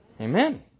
Amen